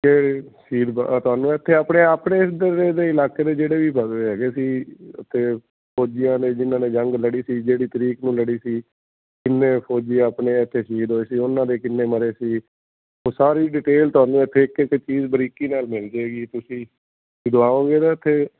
ਅਤੇ ਸੀਲ ਤੁਹਾਨੂੰ ਇੱਥੇ ਆਪਣੇ ਆਪਣੇ ਇੱਧਰਦੇ ਇਲਾਕੇ ਦੇ ਜਿਹੜੇ ਵੀ ਬਦਲੇ ਹੈਗੇ ਸੀ ਅਤੇ ਫੌਜੀਆਂ ਨੇ ਜਿਨ੍ਹਾਂ ਨੇ ਜੰਗ ਲੜੀ ਸੀ ਜਿਹੜੀ ਤਰੀਕ ਨੂੰ ਲੜੀ ਸੀ ਕਿੰਨੇ ਫੌਜੀ ਆਪਣੇ ਇੱਥੇ ਸ਼ਹੀਦ ਹੋਏ ਸੀ ਉਹਨਾਂ ਦੇ ਕਿੰਨੇ ਮਰੇ ਸੀ ਉਹ ਸਾਰੀ ਡਿਟੇਲ ਤੁਹਾਨੂੰ ਇੱਥੇ ਇੱਕ ਇੱਕ ਚੀਜ਼ ਬਰੀਕੀ ਨਾਲ ਮਿਲ ਜਾਵੇਗੀ ਤੁਸੀਂ ਜਦੋਂ ਆਓਗੇ ਨਾ ਇੱਥੇ